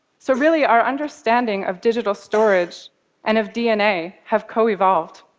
so really, our understanding of digital storage and of dna have coevolved.